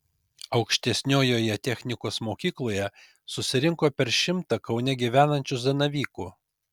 aukštesniojoje technikos mokykloje susirinko per šimtą kaune gyvenančių zanavykų